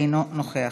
אינו נוכח.